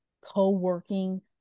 co-working